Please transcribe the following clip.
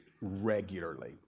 regularly